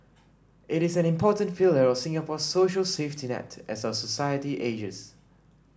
it is an important pillar of Singapore's social safety net as our society ages